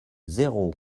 zéro